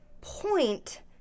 point